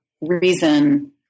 reason